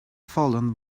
fallen